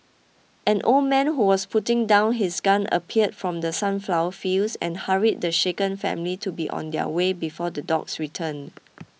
an old man who was putting down his gun appeared from the sunflower fields and hurried the shaken family to be on their way before the dogs return